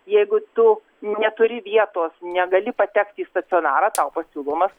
jeigu tu neturi vietos negali patekti į stacionarą tau pasiūlomas